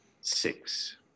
Six